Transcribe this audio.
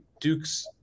Duke's –